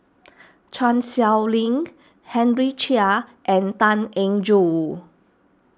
Chan Sow Lin Henry Chia and Tan Eng Joo